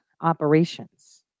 operations